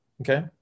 Okay